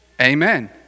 amen